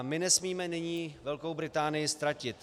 My nesmíme nyní Velkou Británii ztratit.